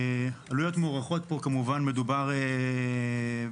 עלויות מעורכות פה, כמובן מדובר במיליונים.